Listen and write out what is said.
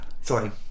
sorry